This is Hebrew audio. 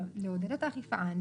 לעודד את האכיפה.